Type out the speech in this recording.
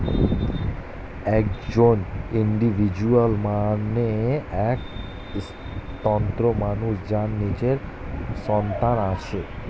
একজন ইন্ডিভিজুয়াল মানে এক স্বতন্ত্র মানুষ যার নিজের সজ্ঞান আছে